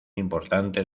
importante